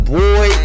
boy